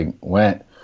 went